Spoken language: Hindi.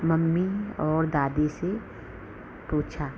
मम्मी और दादी से पूछा